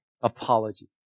apology